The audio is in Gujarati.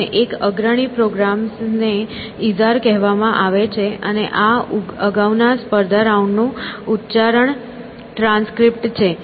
અને એક અગ્રણી પ્રોગ્રામ્સ ને ઇઝાર કહેવામાં આવે છે અને આ અગાઉના સ્પર્ધા રાઉન્ડનું ઉચ્ચારણ ટ્રાન્સક્રિપ્ટ છે